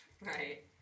Right